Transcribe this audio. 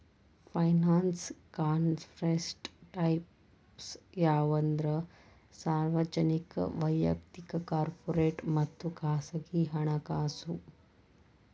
finance concept types ಯಾವಂದ್ರ ಸಾರ್ವಜನಿಕ ವಯಕ್ತಿಕ ಕಾರ್ಪೊರೇಟ್ ಮತ್ತ ಖಾಸಗಿ ಹಣಕಾಸು